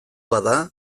bada